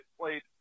played